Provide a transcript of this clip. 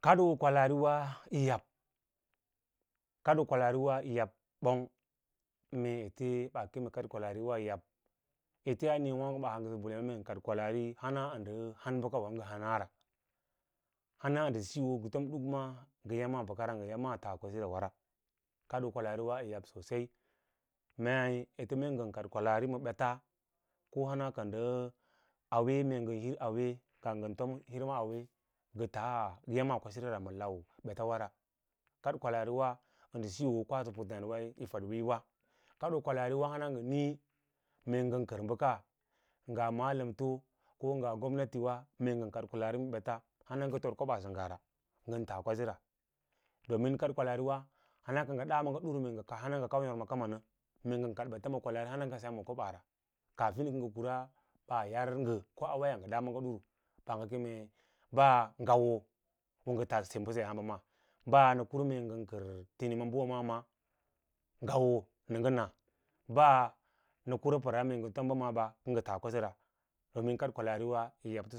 Kadoo kwalaariwa riwe yiyab, kadoo kwalaariwa yi yap bong mee ete baa kem kwalawa yi yab, ete a niiyawaago haa nga bulte wa mee nga kad kwalaari hana nan bakaw nga hanara hana nda siyao nga tom dukma nga yama bakra nga yamaa kwasirara kadoo walariwa yi yab sosai mei eete mee ngan kad kwaari ma bets ko hana ka nda auwe mee ngan hir auwe nga amaa kwasira malam bets ora ra, kad kwalaariwa a nda siyo kwaso puttadiwa yi fad wiiyowa kadoo kwalaariwa hama nga nii mee ngan kar baka nga malm towa ko nga gomnati mee ngan kad kar kbaka nga malan ma bets hana nga tod kad kwallari wa hana kado maaga duru, hana nga au yorma kama na mee ngan kad bets ma kwalaari hana nga semma kobaara kaafirn kanga kura bba yar nga ko a waya nga da maaga duru a kemee ba ngawo ko nga tas oga se mbaseyah hamba maa bas kana kura mee ngan tom ba maa ba ka nga tas kwasira domin kad kwalaari yi yabto